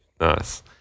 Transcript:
Nice